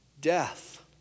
death